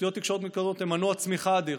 תשתיות תקשורת מתקדמות הם מנוע צמיחה אדיר.